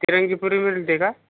तिरंगीपुरी मिळते का